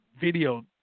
video